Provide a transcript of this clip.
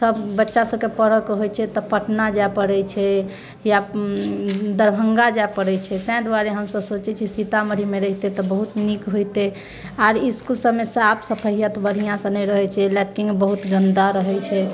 सभ बच्चा सभके पढ़ैके होइत छै तऽ पटना जाइ पड़ैत छै या दरभङ्गा जाइ पड़ैत छै ताहि दुआरे हम सभ सोचैत छी सीतामढ़ीमे रहितै तऽ बहुत नीक होइतै आर इसकुल सभमे साफ सफैया तऽ बढ़िआँसँ नहि रहैत छै लैट्रिन बहुत गन्दा रहैत छै